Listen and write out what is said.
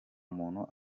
umuntu